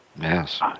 Yes